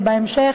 בהמשך,